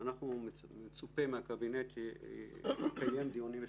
מצופה מהקבינט שיקיים דיונים אסטרטגיים.